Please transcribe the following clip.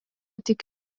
tik